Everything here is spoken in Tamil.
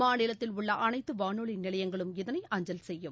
மாநிலத்தில் உள்ளஅனைத்துவானொலிநிலையங்களும் இதனை அஞ்சல் செய்யும்